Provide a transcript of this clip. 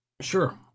Sure